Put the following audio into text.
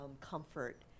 comfort